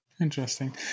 Interesting